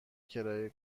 کرایه